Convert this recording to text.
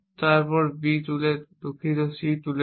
তারপর B তুলে দুঃখিত C তুলে নিন